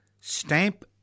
stamp